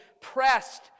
pressed